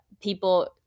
people